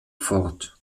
fort